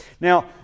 Now